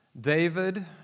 David